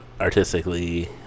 artistically